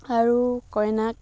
আৰু কইনাক